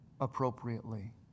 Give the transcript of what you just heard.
appropriately